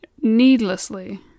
needlessly